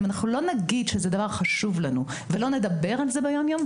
אם אנחנו לא נגיד שזה דבר חשוב לנו ולא נדבר על זה ביום יום,